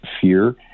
fear